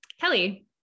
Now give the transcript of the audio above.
Kelly